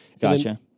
gotcha